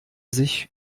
sich